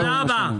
תודה רבה.